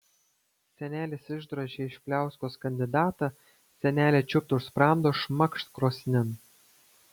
senelis išdrožė iš pliauskos kandidatą senelė čiūpt už sprando šmakšt krosnin